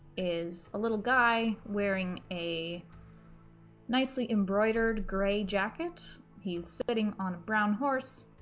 is a little guy wearing a nicely embroidered gray jacket he's sitting on a brown horse,